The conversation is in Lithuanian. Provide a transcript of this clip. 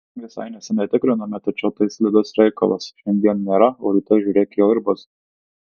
visai neseniai tikrinome tačiau tai slidus reikalas šiandien nėra o rytoj žiūrėk jau ir bus